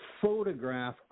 photograph